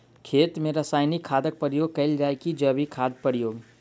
खेत मे रासायनिक खादक प्रयोग कैल जाय की जैविक खादक प्रयोग?